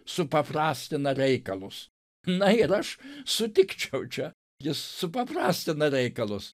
supaprastina reikalus na ir aš sutikčiau čia jis supaprastina reikalus